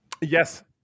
Yes